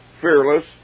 fearless